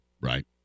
Right